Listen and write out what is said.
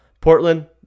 Portland